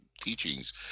teachings